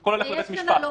--- מי יקבע את זה?